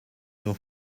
your